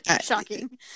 Shocking